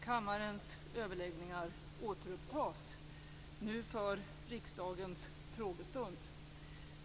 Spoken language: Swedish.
Kammarens överläggningar återupptas nu för riksdagens frågestund.